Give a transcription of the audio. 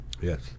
Yes